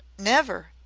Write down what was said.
never.